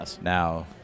now